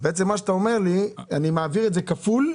אתה אומר: אני מעביר את זה כפול,